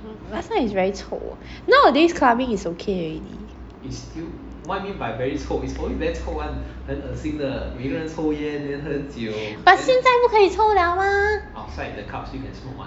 last time is very 臭 nowadays clubbing is okay already but 现在不可以抽 liao mah